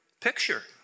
picture